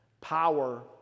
power